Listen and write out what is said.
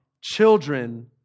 children